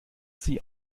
sie